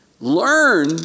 Learn